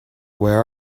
where